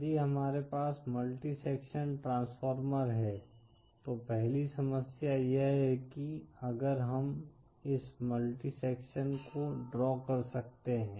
यदि हमारे पास मल्टी सेक्शन ट्रांसफॉर्मर है तो पहली समस्या यह है कि अगर हम इस मल्टी सेक्शन को ड्रा कर सकते हैं